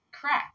Correct